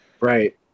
Right